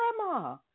Grandma